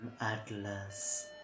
Atlas